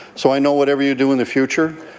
so, i know whatever you do in the future,